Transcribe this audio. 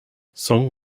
song